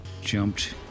jumped